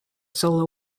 solo